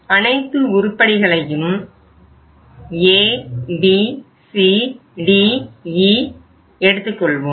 அனைத்து உருப்படிகளையும் A BCDE எடுத்துக்கொள்வோம்